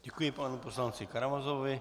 Děkuji panu poslanci Karamazovovi.